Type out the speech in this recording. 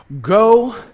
go